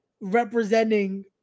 representing